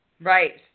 Right